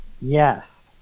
yes